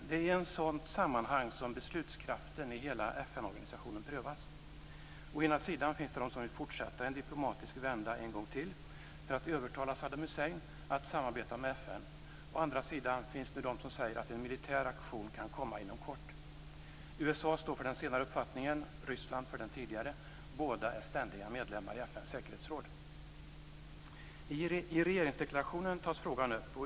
Det är i ett sådant sammanhang som beslutskraften i hela FN-organisationen prövas. Å ena sidan finns det de som vill fortsätta med en diplomatisk vända en gång till för att övertala Saddam Hussein att samarbeta med FN. Å andra sidan finns det de som säger att en militär aktion kan komma inom kort. USA står för den senare uppfattningen, Ryssland för den tidigare. Båda är ständiga medlemmar i FN:s säkerhetsråd. I regeringsdeklarationen tas frågan upp.